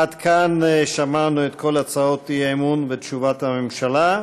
עד כאן שמענו את כל הצעות האי-אמון ואת תשובת הממשלה.